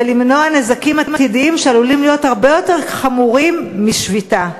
ולמנוע נזקים עתידיים שעלולים להיות הרבה יותר חמורים משביתה?